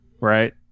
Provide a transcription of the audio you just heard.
right